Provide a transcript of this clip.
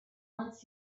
once